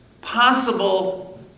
possible